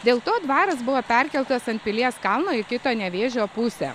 dėl to dvaras buvo perkeltas ant pilies kalno į kitą nevėžio pusę